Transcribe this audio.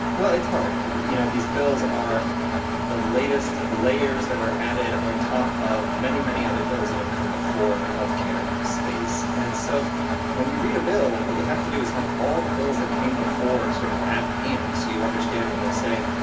well, it's hard. you know these bills are the latest layers that are added on top of many, many other bills that have come before in the health care space. and so when you read a bill, what you have to do is have all the bills that came before sort of at hand so you understand when they say,